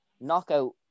Knockout